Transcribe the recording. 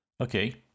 Okay